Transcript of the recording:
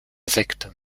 sekte